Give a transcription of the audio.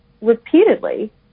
repeatedly